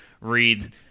read